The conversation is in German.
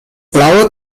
blaue